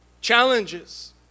challenges